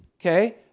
okay